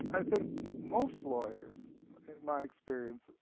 i think most lawyers, in my experience,